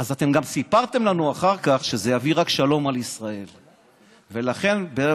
אז אחר כך גם סיפרתם לנו שזה יביא רק שלום על ישראל.